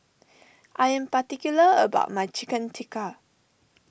I am particular about my Chicken Tikka